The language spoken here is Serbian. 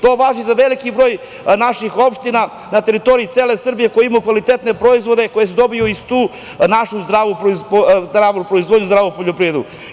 To važi za veliki broj naših opština na teritoriji cele Srbije koje imaju kvalitetne proizvode koji se dobijaju iz naše zdrave proizvodnje, zdravlje poljoprivrede.